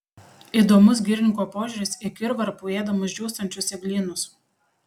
įdomus girininko požiūris į kirvarpų ėdamus džiūstančius eglynus